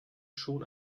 schon